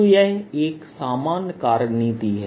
तो यह एक सामान्य कार्यनीति है